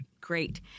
Great